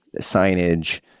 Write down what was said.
signage